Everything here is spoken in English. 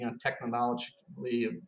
technologically